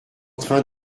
train